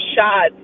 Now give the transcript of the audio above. shots